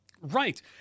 Right